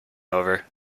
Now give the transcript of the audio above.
over